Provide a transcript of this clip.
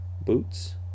Boots